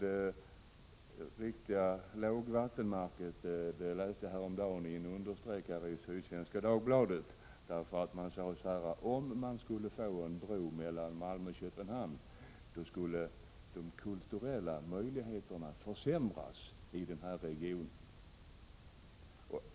Ett riktigt lågvattenmärke kunde jag notera, då jag häromdagen läste en understreckare i Sydsvenska Dagbladet, där det stod: Om man skulle få en bro mellan Malmö och Köpenhamn skulle de kulturella möjligheterna försämras i regionen.